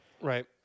Right